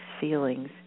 feelings